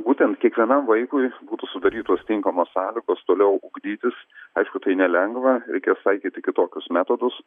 būtent kiekvienam vaikui būtų sudarytos tinkamos sąlygos toliau ugdytis aišku tai nelengva reikias taikyti kitokius metodus